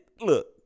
look